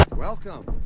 welcome!